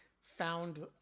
found